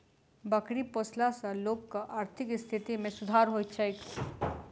बकरी पोसला सॅ लोकक आर्थिक स्थिति मे सुधार होइत छै